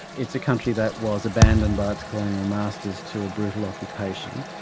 it's a country that was abandoned by its colonial masters to a brutal occupation,